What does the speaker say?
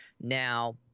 now